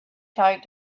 tight